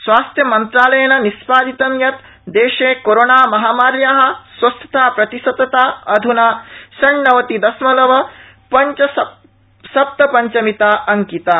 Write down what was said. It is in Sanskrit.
स्वास्थ्य मन्त्रालयेन निष्पादितम् यत् देशे कोरोना महामार्याः स्वस्थताप्रतिशतता अध्ना षण्णवति दशमलव सप्त पंचमिता अंकिता